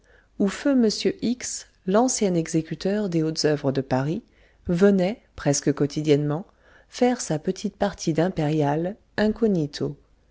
où feu m x l'ancien exécuteur des hautes œuvres de paris venait presque quotidiennement faire sa petite partie d'impériale incognito